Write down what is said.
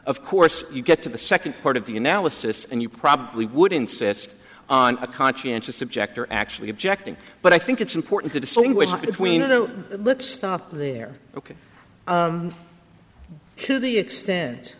of course you get to the second part of the analysis and you probably would insist on a conscientious objector actually objecting but i think it's important to distinguish between a no let's stop there ok to the extent